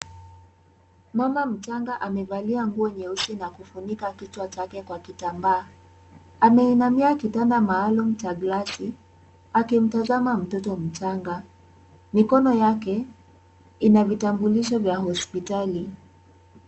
Mama mchanga amevalia nguo nyeusi na kufunika kichwa chake kwa kitambaa. Ameinamia kitanda maalum cha glasi akimtazama mtoto mchanga. Mikono yake ina vitambulisho vya hospitali.